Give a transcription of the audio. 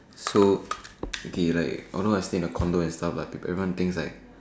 so okay like although I stay in a condo and everyone like